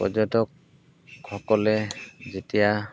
পৰ্যটক সকলে যেতিয়া